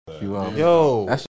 yo